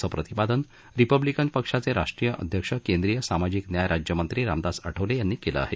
असं प्रतिपादन रिपब्लिकन पक्षाचे राष्ट्रीय अध्यक्ष केंद्रीय सामाजीक न्याय राज्यमंत्री रामदास आठवले यांनी केलंय